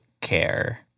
care